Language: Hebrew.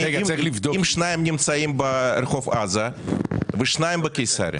אם שניים נמצאים ברחוב עזה ושניים בקיסריה.